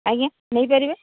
ଆଜ୍ଞା ନେଇପାରିବେ